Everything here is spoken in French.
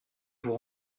vous